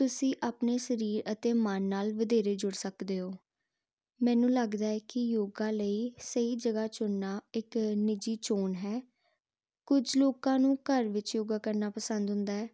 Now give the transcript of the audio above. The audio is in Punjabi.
ਤੁਸੀਂ ਆਪਣੇ ਸਰੀਰ ਅਤੇ ਮਨ ਨਾਲ ਵਧੇਰੇ ਜੁੜ ਸਕਦੇ ਹੋ ਮੈਨੂੰ ਲੱਗਦਾ ਕਿ ਯੋਗਾ ਲਈ ਸਹੀ ਜਗ੍ਹਾ ਚੁਣਨਾ ਇੱਕ ਨਿੱਜੀ ਚੋਣ ਹੈ ਕੁੱਝ ਲੋਕਾਂ ਨੂੰ ਘਰ ਵਿੱਚ ਯੋਗਾ ਕਰਨਾ ਪਸੰਦ ਹੁੰਦਾ ਹੈ